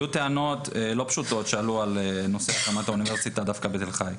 היו טענות לא פשוטות על נושא הקמת האוניברסיטה דווקא בתל חי.